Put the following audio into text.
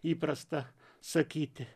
įprasta sakyti